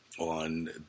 On